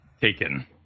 Taken